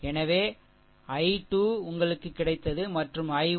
எனவே I2 உங்களுக்கு கிடைத்தது மற்றும் I1 உள்ளது